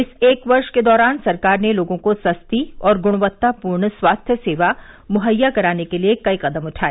इस एक वर्ष के दौरान सरकार ने लोगों को सस्ती और गुणवत्तापूर्ण स्वास्थ्य सेवा मुहैया कराने के लिए कई कदम उठाए